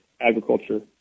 agriculture